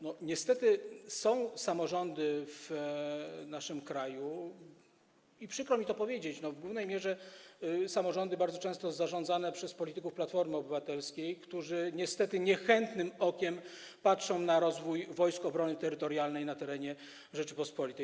Niestety są samorządy w naszym kraju, i przykro mi to powiedzieć, w głównej mierze samorządy bardzo często zarządzane przez polityków Platformy Obywatelskiej, które niestety niechętnym okiem patrzą na rozwój Wojsk Obrony Terytorialnej na terenie Rzeczypospolitej.